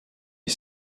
est